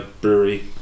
Brewery